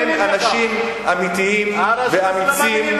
מפני שאין אנשים אמיתיים ואמיצים,